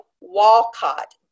Walcott